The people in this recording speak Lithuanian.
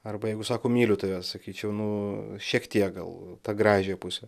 arba jeigu sako myliu tave sakyčiau nu šiek tiek gal tą gražiąją pusę